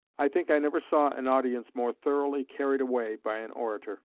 i think i never saw an audience more thoroughly carried away by an orator.